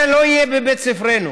זה לא יהיה בבית ספרנו.